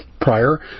prior